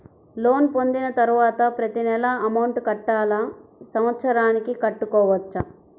Loan పొందిన తరువాత ప్రతి నెల అమౌంట్ కట్టాలా? సంవత్సరానికి కట్టుకోవచ్చా?